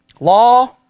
Law